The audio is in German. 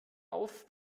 auf